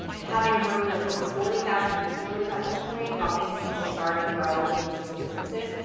ah having worked with over forty thousand b-schoolers at this point, helping people start and grow meaningful businesses,